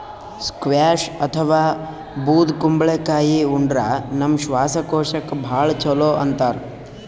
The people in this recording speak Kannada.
ಸ್ಕ್ವ್ಯಾಷ್ ಅಥವಾ ಬೂದ್ ಕುಂಬಳಕಾಯಿ ಉಂಡ್ರ ನಮ್ ಶ್ವಾಸಕೋಶಕ್ಕ್ ಭಾಳ್ ಛಲೋ ಅಂತಾರ್